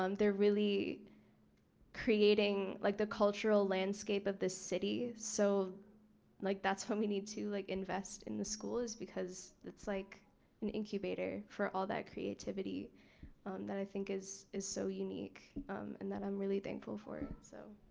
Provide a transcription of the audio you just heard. um they're really creating like the cultural landscape of this city. so like that's what we need to like invest in the school is because it's like an incubator for all that creativity that i think is is so unique and that i'm really thankful for it. so